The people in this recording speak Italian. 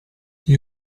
gli